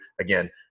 Again